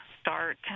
start